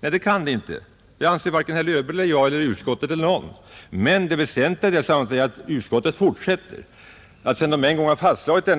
Nej, det kan den inte och det anser varken herr Löfberg, utskottets ledamöter, jag eller någon annan, Det väsentliga i det sammanhanget är emellertid att utskottet fortsätter, sedan denna